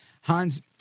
Hans